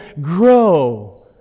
grow